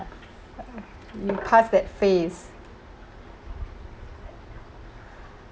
you passed that phase